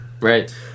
Right